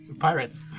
Pirates